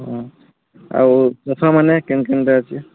ହଁ ଆଉ ସୋଫାମାନେ କେନ୍ କେନ୍ଟା ଅଛେ